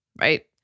right